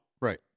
right